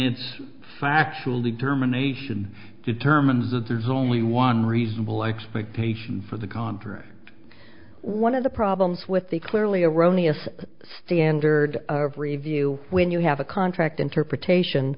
its factual determination determines that there's only one reasonable expectation for the contract one of the problems with a clearly erroneous standard of review when you have a contract interpretation